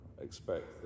expect